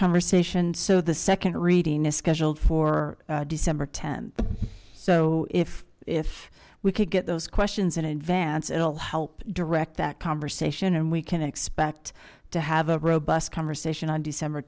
conversation so the second reading is scheduled for december th so if if we could get those questions in advance it'll help direct that conversation and we can expect to have a robust conversation on december